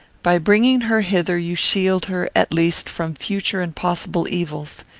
by bringing her hither you shield her, at least, from future and possible evils.